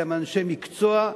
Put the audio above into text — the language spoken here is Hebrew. אלא הם אנשי מקצוע,